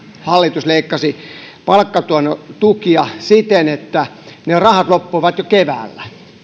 hallitus leikkasi palkkatukia siten että ne rahat loppuivat jo keväällä